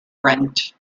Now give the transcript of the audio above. brent